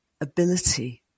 ability